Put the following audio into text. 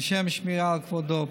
לשם שמירה על כבודו,